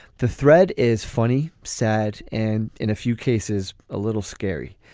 the thread is funny sad and in a few cases a little scary.